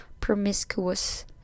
promiscuous